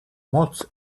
motz